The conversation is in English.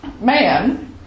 man